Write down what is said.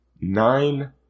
nine